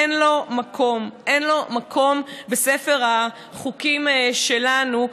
אין לו מקום בספר החוקים שלנו,